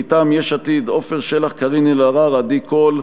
מטעם יש עתיד: עפר שלח, קארין אלהרר ועדי קול.